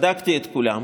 בדקתי את כולם.